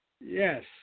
Yes